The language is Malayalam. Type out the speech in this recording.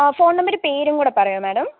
ആ ഫോൺ നമ്പരും പേരും കൂടെ പറയ്യോ മാഡം